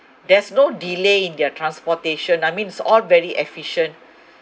there's no delay in their transportation I mean it's all very efficient